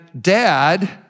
dad